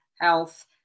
health